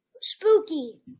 Spooky